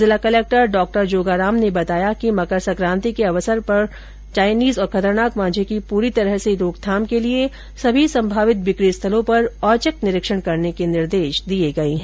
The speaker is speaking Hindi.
जिला कलक्टर डॉजोगाराम ने बताया कि मकर संक्रान्ति के अवसर को देखते हुए चाइनीज और खतरनाक मांझे की पूरी तरह से रोकथाम के लिए सभी सम्मावित बिक्री स्थलों पर औचक निरीक्षण करने के निर्देश दिए गए है